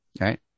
right